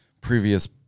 previous